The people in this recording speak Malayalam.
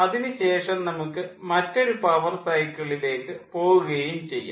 അതിനു ശേഷം നമുക്ക് മറ്റൊരു പവർ സൈക്കിളിലേക്ക് പോകുകയും ചെയ്യാം